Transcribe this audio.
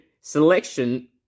selection